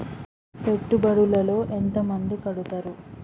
పెట్టుబడుల లో ఎంత మంది కడుతరు?